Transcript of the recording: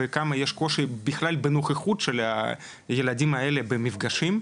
וכמה קושי יש בכלל בנוכחות של הילדים האלו במפגשים,